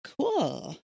cool